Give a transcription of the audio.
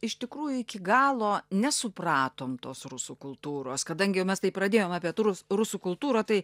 iš tikrųjų iki galo nesupratom tos rusų kultūros kadangi jau mes tai pradėjom apie tų ru rusų kultūrą tai